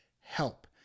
help